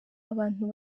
abantu